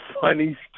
funny